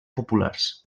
populars